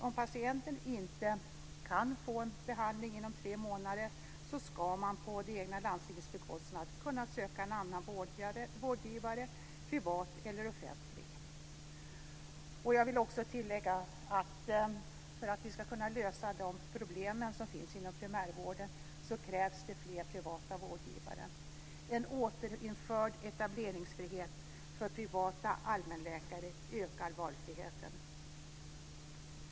Om patienten inte kan få en behandling inom tre månader ska denne på det egna landstingets bekostnad kunna söka en annan vårdgivare, privat eller offentlig. Jag vill också tillägga att om vi ska kunna lösa de problem som finns inom primärvården krävs det fler privata vårdgivare. En återinförd etableringsfrihet för privata allmänläkare ökar valfriheten.